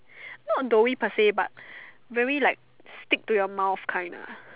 not doughy per say but very like stick to your mouth kind lah